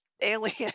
alien